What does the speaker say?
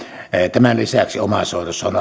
tämän lisäksi omaishoidossa on